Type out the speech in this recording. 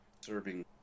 serving